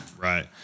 Right